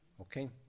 okay